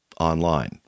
online